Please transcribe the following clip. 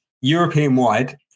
European-wide